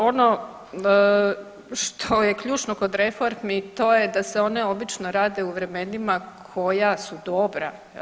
Ono što je ključno kod reformi to je da se one obično rade u vremenima koja su dobra jel.